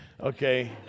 Okay